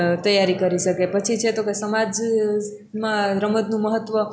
તૈયારી કરી શકે પછી છે તો કે સમાજમાં રમતનું મહત્ત્વ